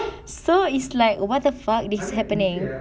so it's like what the fuck this happening